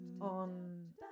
on